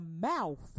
mouth